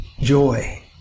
Joy